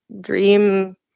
dream